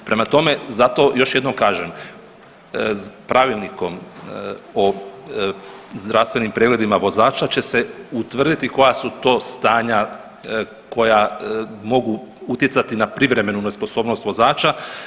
Prema tome, zato još jednom kažem, pravilnikom o zdravstvenim pregledima vozača će se utvrditi koja su to stanja koja mogu utjecati na privremenu nesposobnost vozača.